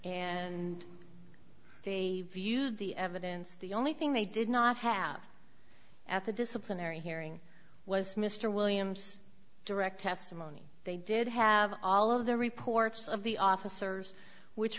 and they viewed the evidence the only thing they did not have at the disciplinary hearing was mr williams direct testimony they did have all of the reports of the officers which